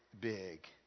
big